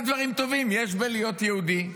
תראה כמה דברים טובים יש בלהיות יהודי.